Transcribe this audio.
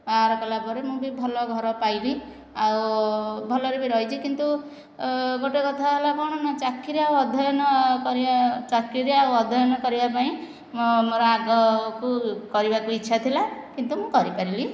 ବାହାଘର କଲାପରେ ମୁଁ ବି ଭଲ ଘର ପାଇଲି ଆଉ ଭଲରେ ବି ରହିଛି କିନ୍ତୁ ଗୋଟିଏ କଥା ହେଲା କ'ଣ ନା ଚାକିରି ଆଉ ଅଧ୍ୟୟନ କରିଆ ଚାକିରୀ ଆଉ ଅଧ୍ୟୟନ କରିବାପାଇଁ ମୋର ଆଗକୁ କରିବାକୁ ଇଚ୍ଛାଥିଲା କିନ୍ତୁ ମୁଁ କରିପାରିଲି ନାହିଁ